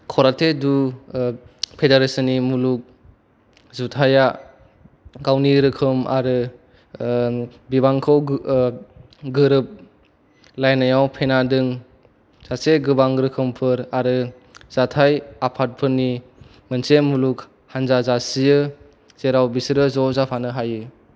karate do फेडारेशननि मुलुग जुथायया गावनि रोखोम आरो बिबांखौ गोरोब लायनायाव फैनाङा जासे गोबां रोखोमफोर आरो जाथाइ आफादफोरनि मोनसे मुलुग हानजा जासियो जेराव बिसोरो ज' जाफानो हायो